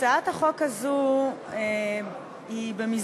עוברים להצעת החוק הבאה: הצעת חוק פדיון הטבת חניה לעובד